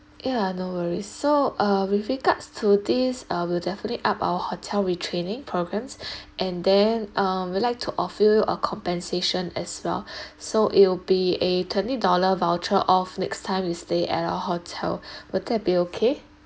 ya no worries so uh with regards to this uh will definitely up our hotel retraining programmes and then uh we'd like to offer you a compensation as well so it'll be a twenty dollar voucher off next time you stay at our hotel will that be okay